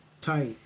Tight